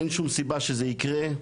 אין שום סיבה שזה יקרה,